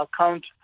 account